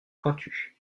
pointu